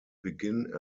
begin